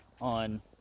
on